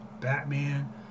Batman